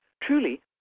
truly